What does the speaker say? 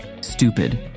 Stupid